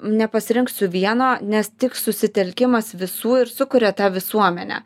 nepasirinksiu vieno nes tik susitelkimas visų ir sukuria tą visuomenę